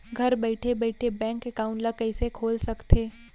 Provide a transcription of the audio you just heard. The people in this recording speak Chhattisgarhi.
घर बइठे बइठे बैंक एकाउंट ल कइसे खोल सकथे?